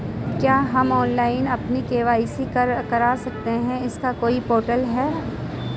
क्या हम ऑनलाइन अपनी के.वाई.सी करा सकते हैं इसका कोई पोर्टल है?